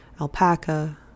alpaca